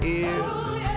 ears